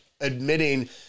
admitting